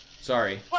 Sorry